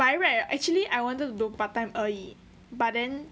by right actually I wanted to do part time 而已 but then